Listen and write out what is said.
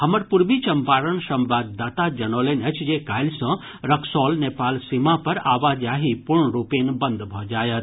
हमर पूर्वी चंपारण संवाददाता जनौलनि अछि जे काल्हि सँ रक्सौल नेपाल सीमा पर आवाजाही पूर्णरूपेण बंद भऽ जायत